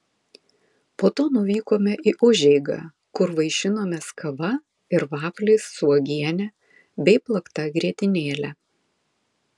po to nuvykome į užeigą kur vaišinomės kava ir vafliais su uogiene bei plakta grietinėle